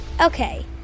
Okay